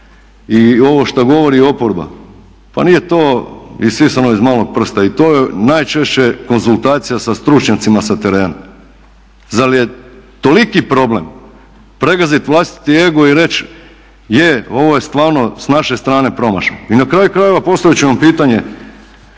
I ovo što govori oporba, pa nije to isisano iz malog prsta i to je najčešće konzultacija sa stručnjacima sa terena. Zar je toliki problem pregaziti vlastiti ego i reći je, ovo je stvarno sa naše strane promašaj. I na kraju krajeva postaviti ću vam pitanje.